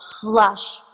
flush